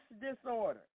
disorder